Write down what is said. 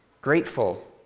Grateful